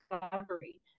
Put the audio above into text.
discovery